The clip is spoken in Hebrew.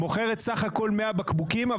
מוכרת סך הכל 100 בקבוקים,